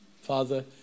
Father